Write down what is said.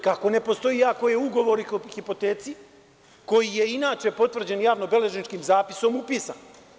Kako ne postoji ako je ugovor o hipoteci, koji je inače potvrđen javno-beležničkim zapisom, upisan?